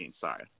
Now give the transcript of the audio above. Sorry